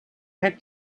had